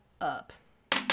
up